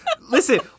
listen